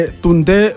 tunde